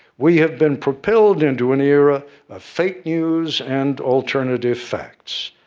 we have been propelled into an era of fake news and alternative facts.